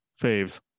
faves